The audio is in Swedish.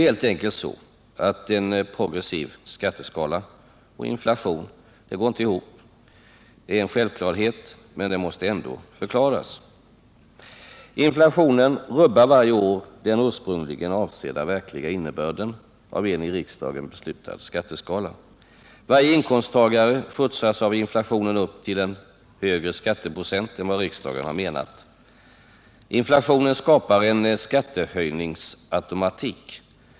En progressiv skatteskala och inflation går inte ihop. Det är en självklarhet men den måste ändå förklaras. Inflationen rubbar varje år den ursprungligen avsedda verkliga innebörden av en i riksdagen beslutad skatteskala. Varje inkomsttagare skjutsas av inflationen upp till en högre skatteprocent än vad riksdagen har menat. Inflationen skapar en skattehöjningsautomatik.